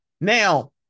Now